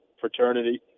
fraternity